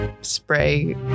spray